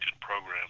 program